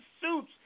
suits